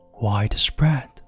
widespread